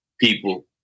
people